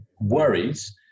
worries